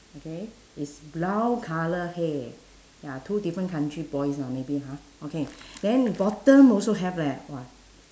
okay it's brown colour hair ya two different country boys lah maybe ha okay then bottom also have leh !wah!